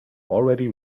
already